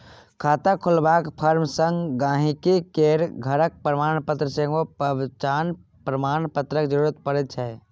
खाता खोलबाक फार्म संग गांहिकी केर घरक प्रमाणपत्र संगे पहचान प्रमाण पत्रक जरुरत परै छै